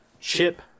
Chip